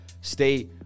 stay